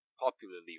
popularly